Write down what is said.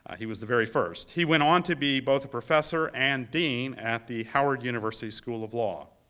he was the very first. he went on to be both a professor and dean at the howard university school of law.